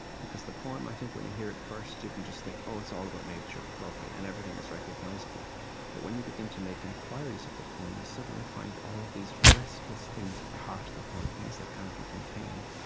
because the poem, when you hear it first, you can just think, oh, it's all about nature. lovely. and everything is recognizable but when you begin to make inquiries of the poem, you suddenly find all of these restless things at the heart of the poem, things that can't be contained.